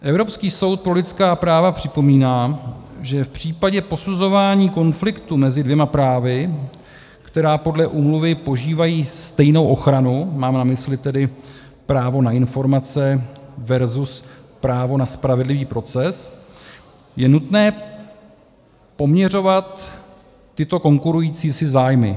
Evropský soud pro lidská práva připomíná, že v případě posuzování konfliktu mezi dvěma právy, která podle úmluvy požívají stejnou ochranu mám na mysli tedy právo na informace versus právo na spravedlivý proces , je nutné poměřovat tyto konkurující si zájmy.